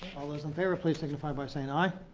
all those in favor, please signify by saying aye.